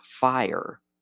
fire